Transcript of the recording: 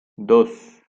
dos